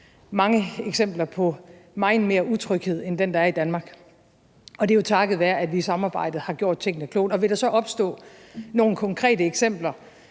mange eksempler på meget mere utryghed end den, der er i Danmark. Og det er jo takket være, at vi i samarbejde har gjort tingene klogt. Vil der så opstå nogle konkrete eksempler